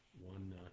one